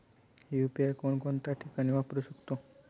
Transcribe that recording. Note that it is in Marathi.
यु.पी.आय कोणकोणत्या ठिकाणी वापरू शकतो?